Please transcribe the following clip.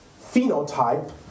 phenotype